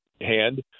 hand